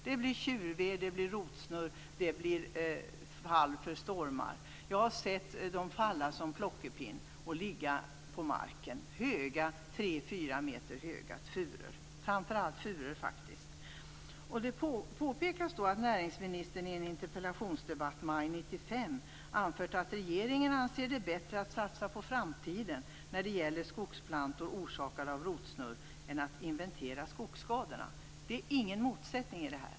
Det blir tjurved, det blir rotsnurr och träden faller för stormar. Jag har sett dem falla som plockepinn och ligga på marken. Det handlar om tre-fyra meter höga furor. Det är faktiskt framför allt furor. Det påpekas att näringsministern i en interpellationsdebatt i maj 1995 anfört att regeringen anser det bättre att satsa på framtiden när det gäller skogsplantor med rotsnurr än att inventera skogsskadorna. Det är ingen motsättning i detta.